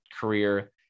career